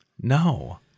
No